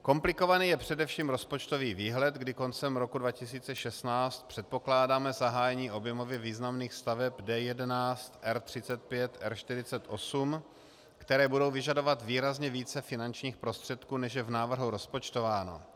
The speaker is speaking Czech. Komplikovaný je především rozpočtový výhled, kdy koncem roku 2016 předpokládáme zahájení objemově významných staveb D11, R35, R48, které budou vyžadovat výrazně více finančních prostředků, než je v návrhu rozpočtováno.